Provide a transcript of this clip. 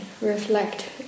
reflect